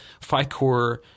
FICOR